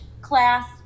class